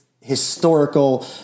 historical